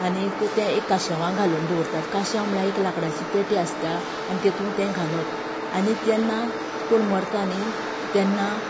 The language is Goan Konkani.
आनीक तें एक काश्यावान घालून दवरतात काश्यांव म्हळ्यार एक लांकडाची पेटी आसता आनी तेतून तें घालप आनी तेन्ना कोण मरता न्ही तेन्ना